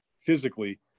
physically